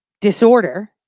disorder